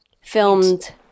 Filmed